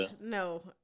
No